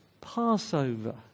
Passover